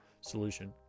Solution